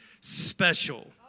special